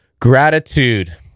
Gratitude